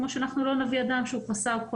כמו שאנחנו לא נביא אדם שהוא חסר כל